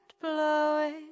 blowing